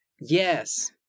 Yes